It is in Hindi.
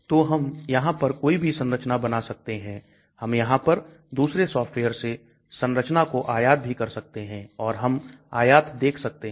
तो हम यहां पर कोई भी संरचना बना सकते हैं हम यहां पर दूसरे सॉफ्टवेयर से संरचनाओं को आयात भी कर सकते हैं और हम आयात देख सकते हैं